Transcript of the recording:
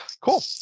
Cool